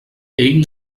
ell